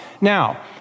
Now